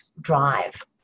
drive